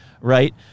Right